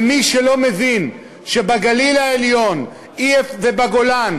ומי שלא מבין שהגליל העליון והגולן,